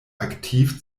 aktiv